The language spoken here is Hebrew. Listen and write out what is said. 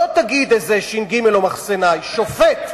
לא תגיד איזה ש"ג או מחסנאי, שופט.